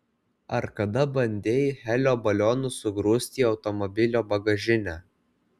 ar kada bandei helio balionus sugrūsti į automobilio bagažinę